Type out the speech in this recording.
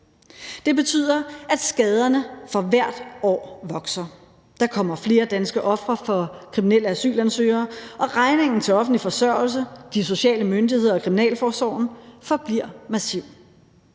Det betyder, at skaderne for hvert år bliver mere alvorlige. Der kommer flere danske ofre for kriminelle asylansøgere, og udgifterne i forbindelse med offentlig forsørgelse, de sociale myndigheder og kriminalforsorgen forbliver massive.